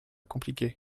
compliquer